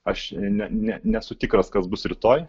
aš ne ne nesu tikras kas bus rytoj